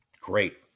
Great